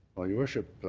your worship.